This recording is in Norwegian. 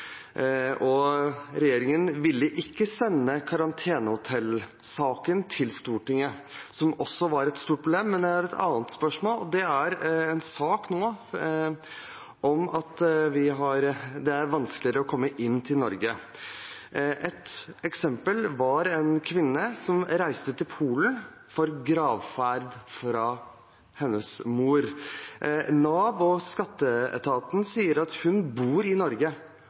og regjeringen ville ikke sende karantenehotellsaken til Stortinget, noe som også var et stort problem. Men jeg har et annet spørsmål, og det gjelder en sak om at det nå er vanskeligere å komme inn til Norge. Et eksempel var en kvinne som reiste til Polen til sin mors gravferd. Nav og skatteetaten sier at hun bor i Norge